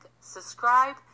subscribe